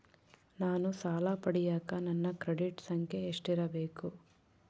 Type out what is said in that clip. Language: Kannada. ನಾನು ಸಾಲ ಪಡಿಯಕ ನನ್ನ ಕ್ರೆಡಿಟ್ ಸಂಖ್ಯೆ ಎಷ್ಟಿರಬೇಕು?